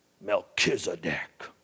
Melchizedek